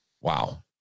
Wow